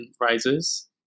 Rises